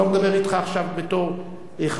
אני לא מדבר אתך עכשיו בתור חבר.